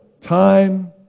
time